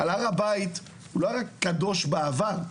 הר הבית לא רק קדוש בעבר,